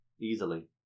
easily